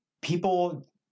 people